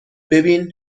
ببین